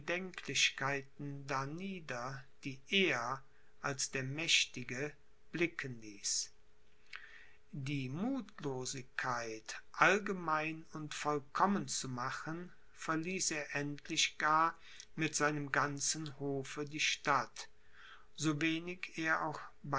bedenklichkeiten darnieder die er als der mächtige blicken ließ die mutlosigkeit allgemein und vollkommen zu machen verließ er endlich gar mit seinem ganzen hofe die stadt so wenig er auch